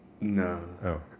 No